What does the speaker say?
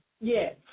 Yes